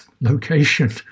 location